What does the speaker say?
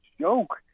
joke